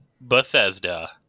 Bethesda